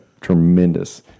tremendous